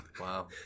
Wow